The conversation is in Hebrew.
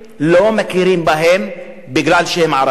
לא מכירים בהם משום שהם ערבים.